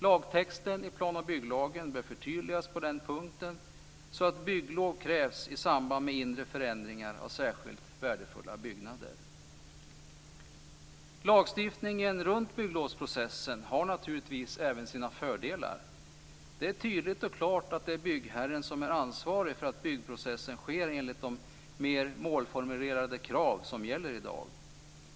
Lagtexten i plan och bygglagen bör förtydligas på den punkten, så att bygglov krävs i samband med inre förändringar av särskilt värdefulla byggnader. Lagstiftningen runt bygglovsprocessen har naturligtvis även sina fördelar. Det är tydligt och klart att det är byggherren som är ansvarig för att byggprocessen sker enligt de mer målformulerade krav som gäller i dag.